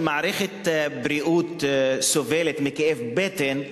אם מערכת בריאות סובלת מכאבי בטן,